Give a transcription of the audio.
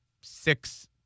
six